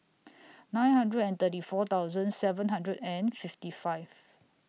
nine hundred and thirty four thousand seven hundred and fifty five